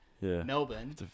Melbourne